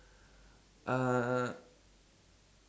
uh